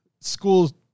School